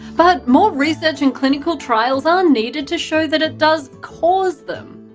but more research and clinical trials are needed to show that it does cause them.